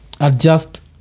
adjust